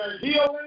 healing